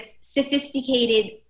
sophisticated